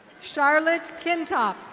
charlotte kinta.